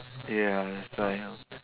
ya that's why